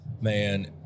Man